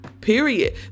period